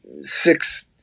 six